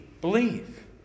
believe